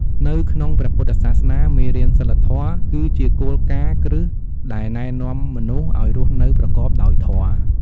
នៅក្នុងព្រះពុទ្ធសាសនា មេរៀនសីលធម៌ គឺជាគោលការណ៍គ្រឹះដែលណែនាំមនុស្សឱ្យរស់នៅប្រកបដោយធម៌។